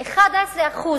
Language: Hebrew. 11%,